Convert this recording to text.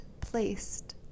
placed